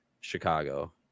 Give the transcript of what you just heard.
Chicago